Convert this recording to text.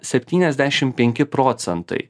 septyniasdešim penki procentai